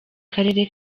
karere